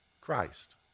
Christ